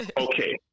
Okay